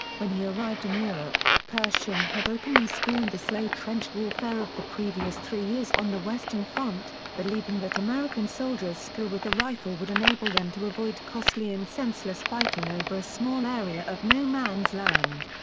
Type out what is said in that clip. when he arrived in europe, pershing had openly scorned the slow trench warfare of the previous three years on the western front, believing that american soldiers' skill with the rifle would enable them to avoid costly and senseless fighting over a small area of no man's land.